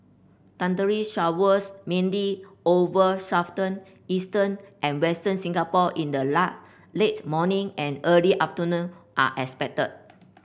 thundery showers mainly over southern eastern and western Singapore in the late morning and early afternoon are expected